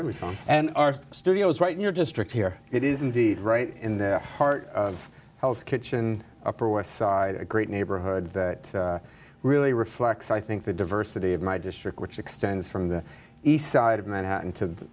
everything and our studio is right in your district here it is indeed right in the heart of hell's kitchen upper west side a great neighborhood that really reflects i think the diversity of my district which extends from the east side of manhattan to